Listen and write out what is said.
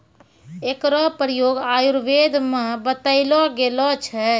एकरो प्रयोग आयुर्वेद म बतैलो गेलो छै